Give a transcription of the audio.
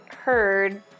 heard